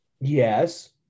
Yes